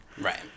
right